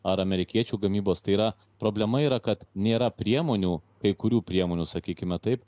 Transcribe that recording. ar amerikiečių gamybos tai yra problema yra kad nėra priemonių kai kurių priemonių sakykime taip